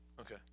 okay